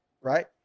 right